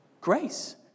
Grace